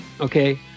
Okay